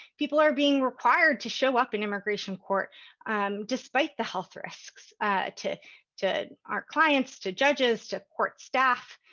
people are being required to show up in immigration court despite the health risks to to our clients, to judges, to court staff.